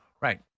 Right